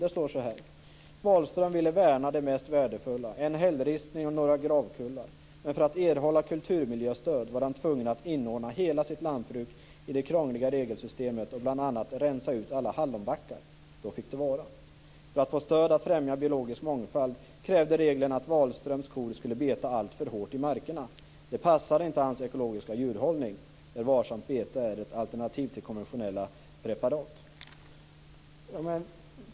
Det står så här: "Wahlström ville värna det mest värdefulla: en hällristning och några gravkullar. Men för att erhålla kulturmiljöstöd var han tvungen att inordna hela sitt lantbruk i det krångliga regelsystemet och bland annat rensa ut alla hallonbackar. Då fick det vara. För att få stöd att främja biologisk mångfald krävde reglerna att Wahlströms kor skulle beta alltför hårt i markerna. Det passade inte hans ekologiska djurhållning, där varsamt bete är ett alternativ till konventionella preparat -."